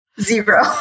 zero